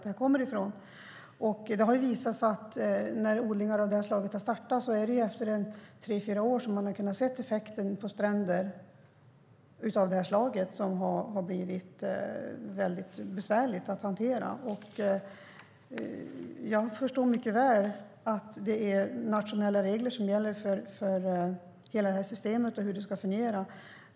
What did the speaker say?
Det har visat sig att när odlingar av det här slaget har startat är det efter tre fyra år som man har kunnat se effekter av det här slaget på stränder, något som har blivit besvärligt att hantera. Jag förstår mycket väl att det är nationella regler som gäller för hela systemet och för hur det ska fungera.